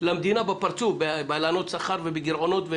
למדינה בפרצוף בהלנות שכר ובגירעונות.